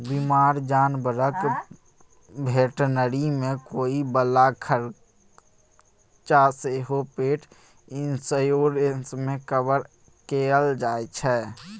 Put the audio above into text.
बीमार जानबरक भेटनरी मे होइ बला खरचा सेहो पेट इन्स्योरेन्स मे कवर कएल जाइ छै